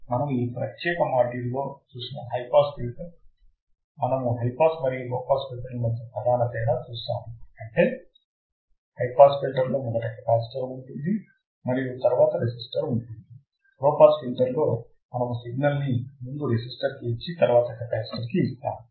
మనము ఈ ప్రత్యేక మాడ్యూల్ లో చూసిన హై పాస్ ఫిల్టర్ మనము హై పాస్ మరియు లో పాస్ ఫిల్టర్ల మధ్య ప్రధాన తేడా చూశాము అంటే హై పాస్ ఫిల్టర్లో మొదట కెపాసిటర్ ఉంటుంది మరియు తరువాత రెసిస్టర్ ఉంటుంది లో పాస్ ఫిల్టర్లో మనము సిగ్నల్ ని ముందు రెసిస్టర్ కి ఇచ్చి తరువాత కెపాసిటర్ కి ఇస్తాము